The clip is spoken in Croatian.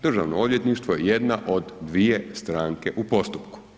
Državno odvjetništvo je jedna od dvije stranke u postupku.